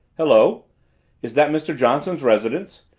hello is that mr. johnson's residence?